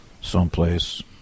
someplace